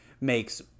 makes